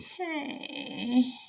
Okay